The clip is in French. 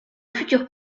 futur